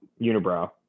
unibrow